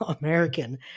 American